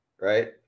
right